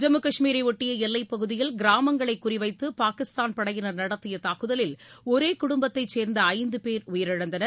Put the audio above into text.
ஜம்மு கஷ்மீரை ஒட்டிய எல்லைப் பகுதியில் கிராமங்களை குறிவைத்து பாகிஸ்தான் படையினர் நடத்திய தாக்குதலில் ஒரே குடுப்பத்தைச் சேர்ந்த ஐந்து பேர் உயிரிழந்தனர்